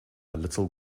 little